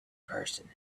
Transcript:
person